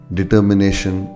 determination